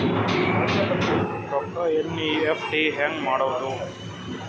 ರೊಕ್ಕ ಎನ್.ಇ.ಎಫ್.ಟಿ ಹ್ಯಾಂಗ್ ಮಾಡುವುದು?